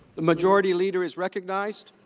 majority leader is recognized.